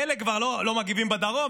מילא כבר לא מגיבים בדרום,